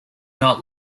not